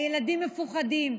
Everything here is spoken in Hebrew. הילדים מפוחדים.